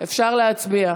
אפשר להצביע.